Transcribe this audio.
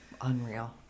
Unreal